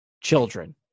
children